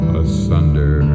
asunder